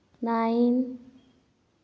nine